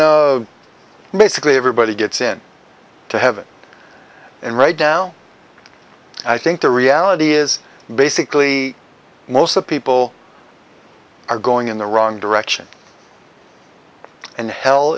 know basically everybody gets in to heaven and right now i think the reality is basically most the people are going in the wrong direction and hell